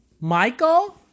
Michael